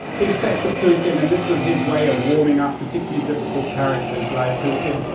he said to putin, and this was his way of warming up particularly difficult characters like putin.